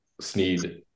Sneed